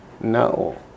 No